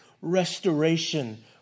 restoration